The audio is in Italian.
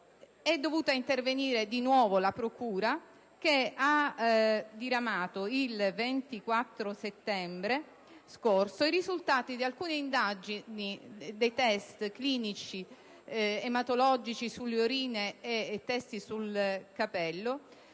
È dovuta intervenire di nuovo la procura che ha diramato, il 24 settembre scorso, i risultati di alcune indagini dei test clinici ematologici, sulle urine e sui capelli